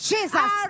Jesus